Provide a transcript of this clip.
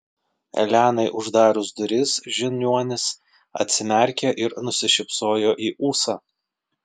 elenai uždarius duris žiniuonis atsimerkė ir nusišypsojo į ūsą